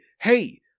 hey